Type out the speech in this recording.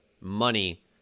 money